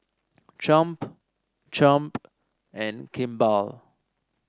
Triumph Triumph and Kimball